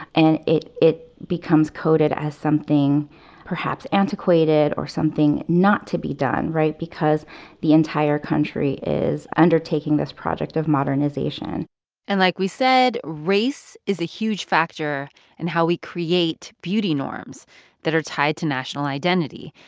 and it it becomes coded as something perhaps antiquated or something not to be done, right, because the entire country is undertaking this project of modernization and like we said, race is a huge factor in and how we create beauty norms that are tied to national identity.